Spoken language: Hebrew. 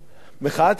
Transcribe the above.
מחאת הקיץ האחרונה,